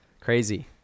Crazy